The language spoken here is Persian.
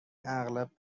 اغلب